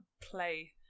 play